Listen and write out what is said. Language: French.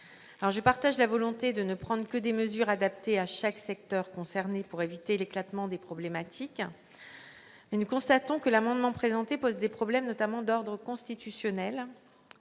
Je partage la volonté de ne prendre que des mesures adaptées à chaque secteur concerné pour éviter l'éclatement des problématiques. Mais nous constatons que l'amendement présenté pose des problèmes, notamment d'ordre constitutionnel